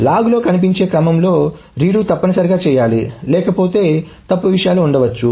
log లో కనిపించే క్రమంలో రీడో తప్పనిసరిగా చేయాలి లేకపోతే తప్పు విషయాలు ఉండవచ్చు